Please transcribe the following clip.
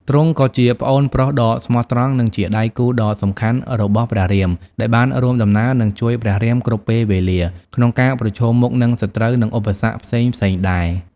ទ្រង់ក៏ជាប្អូនប្រុសដ៏ស្មោះត្រង់ និងជាដៃគូដ៏សំខាន់របស់ព្រះរាម ដែលបានរួមដំណើរ និងជួយព្រះរាមគ្រប់ពេលវេលា ក្នុងការប្រឈមមុខនឹងសត្រូវ និងឧបសគ្គផ្សេងៗដែរ។